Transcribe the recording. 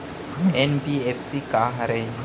NBFC का हरे?